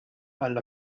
għall